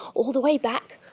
all the way back.